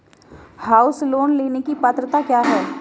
House loan लेने की पात्रता क्या है?